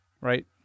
Right